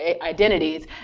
identities